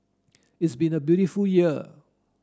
it's been a beautiful year